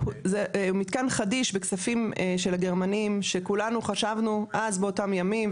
מתקן חדיש בכספים של הגרמנים שכולנו חשבנו אז באותם ימים,